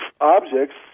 objects